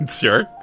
Sure